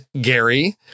Gary